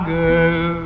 girl